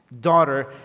daughter